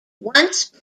once